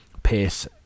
pace